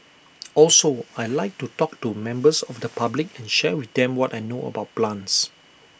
also I Like to talk to members of the public and share with them what I know about plants